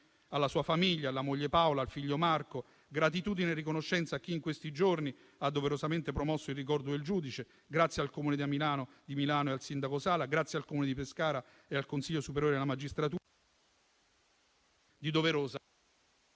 alla sua famiglia, alla moglie Paola, al figlio Marco; gratitudine e riconoscenza a chi in questi giorni ha doverosamente promosso il ricordo del giudice. Grazie al Comune di Milano e al sindaco Sala. Grazie al Comune di Pescara e al Consiglio superiore della magistratura...